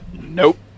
Nope